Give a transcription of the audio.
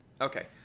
Okay